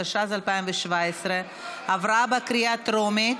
התשע"ז 2017, עברה בקריאה טרומית